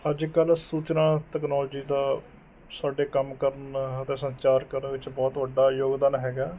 ਅੱਜ ਕੱਲ ਸੂਚਨਾ ਤਕਨੋਲੋਜੀ ਦਾ ਸਾਡੇ ਕੰਮ ਕਰਨ ਤਾਂ ਸੰਚਾਰ ਕਰਨ ਵਿੱਚ ਬਹੁਤ ਵੱਡਾ ਯੋਗਦਾਨ ਹੈਗਾ